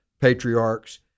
patriarchs